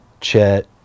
chet